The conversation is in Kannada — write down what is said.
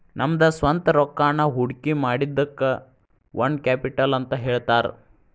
ನಮ್ದ ಸ್ವಂತ್ ರೊಕ್ಕಾನ ಹೊಡ್ಕಿಮಾಡಿದಕ್ಕ ಓನ್ ಕ್ಯಾಪಿಟಲ್ ಅಂತ್ ಹೇಳ್ತಾರ